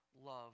love